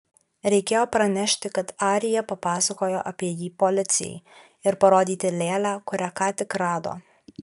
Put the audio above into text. reikėjo pranešti kad arija papasakojo apie jį policijai ir parodyti lėlę kurią ką tik rado